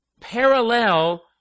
parallel